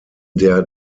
der